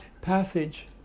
passage